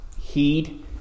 heed